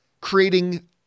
creating